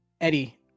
Eddie